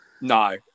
No